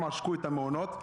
הם עשקו את המעונות,